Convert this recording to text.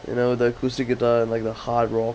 you know the acoustic guitar and like the hard rock